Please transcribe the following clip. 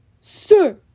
Sir